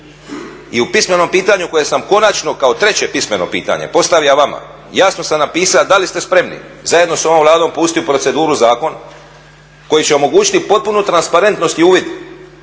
I u pismenom pitanju koje sam konačno kao treće pismeno pitanje postavio vama jasno sam napisao da li ste spremni zajedno s ovom Vladom pustiti u proceduru zakon koji će omogućiti potpunu transparentnost i uvid